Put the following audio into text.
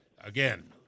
again